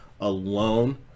alone